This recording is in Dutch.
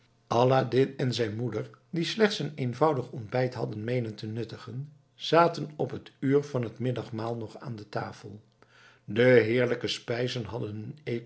aladdin en zijn moeder die slechts een eenvoudig ontbijt hadden meenen te nuttigen zaten op t uur van t middagmaal nog aan tafel de heerlijke spijzen hadden